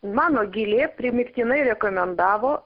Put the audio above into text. mano gilė primygtinai rekomendavo